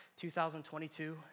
2022